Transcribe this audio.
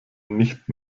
nicht